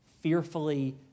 fearfully